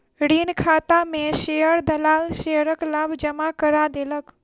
ऋण खाता में शेयर दलाल शेयरक लाभ जमा करा देलक